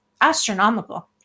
astronomical